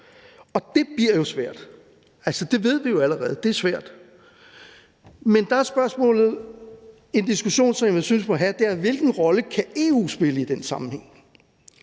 Og det bliver jo svært. Altså, det ved vi jo allerede er svært. Men der er spørgsmålet og en diskussion, som jeg synes vi må have, hvilken rolle EU kan spille i den sammenhæng.